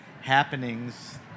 happenings